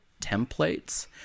templates